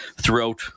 throughout